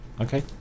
Okay